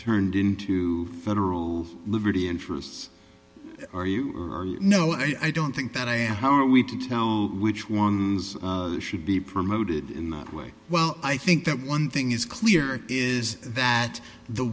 turned into federal liberty interests are you know i don't think that i am how are we to tell which ones should be promoted in that way well i think that one thing is clear is that the